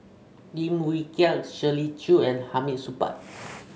Lim Wee Kiak Shirley Chew and Hamid Supaat